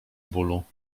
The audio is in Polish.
bólu